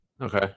Okay